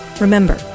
Remember